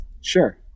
Sure